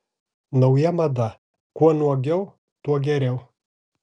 nauja mada kuo nuogiau tuo geriau